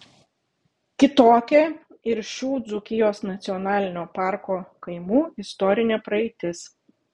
kitokia ir šių dzūkijos nacionalinio parko kaimų istorinė praeitis